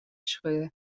schudden